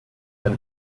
had